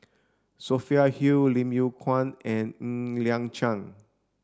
Sophia Hull Lim Yew Kuan and Ng Liang Chiang